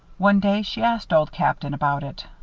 one day, she asked old captain about it.